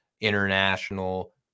international